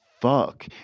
fuck